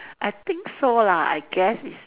I think so lah I guess it's